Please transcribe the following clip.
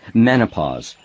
menopause,